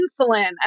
insulin